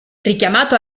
richiamato